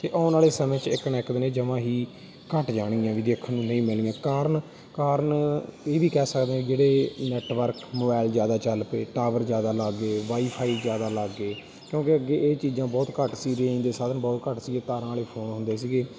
ਅਤੇ ਆਉਣ ਵਾਲੇ ਸਮੇਂ 'ਚ ਇੱਕ ਨਾ ਇੱਕ ਦਿਨ ਇਹ ਜਮ੍ਹਾਂ ਹੀ ਘੱਟ ਜਾਣਗੀਆਂ ਵੀ ਦੇਖਣ ਨੂੰ ਨਹੀਂ ਮਿਲਣੀਆਂ ਕਾਰਨ ਕਾਰਨ ਇਹ ਵੀ ਕਹਿ ਸਕਦੇ ਜਿਹੜੇ ਨੈਟਵਰਕ ਮੋਬਾਇਲ ਜ਼ਿਆਦਾ ਚੱਲ ਪਏ ਟਾਵਰ ਜ਼ਿਆਦਾ ਲੱਗ ਗਏ ਵਾਈਫਾਈ ਜ਼ਿਆਦਾ ਲੱਗ ਗਏ ਕਿਉਂਕਿ ਅੱਗੇ ਇਹ ਚੀਜ਼ਾਂ ਬਹੁਤ ਘੱਟ ਸੀ ਰੇਂਜ ਦੇ ਸਾਧਨ ਬਹੁਤ ਘੱਟ ਸੀਗੇ ਤਾਰਾਂ ਵਾਲੇ ਫੋਨ ਹੁੰਦੇ ਸੀਗੇ